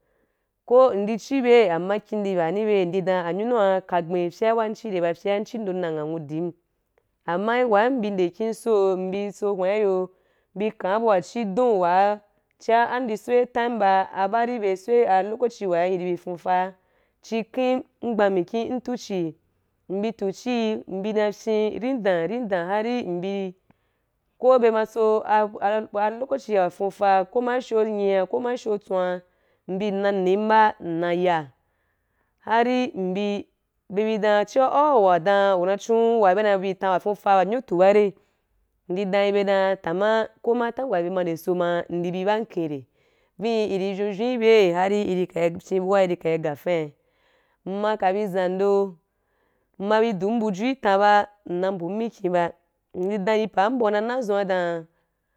Ko ndi chi bei ama a kín í ba ni i bei ndi dun anyunua ka gbeí fye wa ndi rai ba fye n chi ndo nna nghanwu dín ama i wa mbi nde kin soo mbi sohwan i yo bi kan bu wa chi dun wa chia bu wa am ndi soí time ba a ba ri bye í soí a lokoci wa i ri fuufaa chi kem mgbaa mikin ntu chii mbi tu chì mbi na fyen ri dam ri dan harí mbí ko bye ma i so a lokoci ah ah ah lokoci wa fuufa ko ma asho nyía ko ma asho atswan mbi nna ním ba nna ya harí mbì be bi dan chia au wa dan u na chi wa be na bi tam wa fuu fa ba a nyu tu ba rai ndi dan yi bye dan tama ko ma time wa ni bye ma nde í so ma ndi bí ba nken raí vii i ri vyou vyou i bei hari i ri ka i fyen bu i bei har i ka i ga fanii mma ka bí zamdə mma bi dun buju í tan ba nna mbuum mikkin ba ndí dan yi paa í na na zua dam.